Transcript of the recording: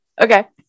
Okay